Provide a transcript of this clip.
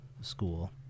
school